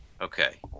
Okay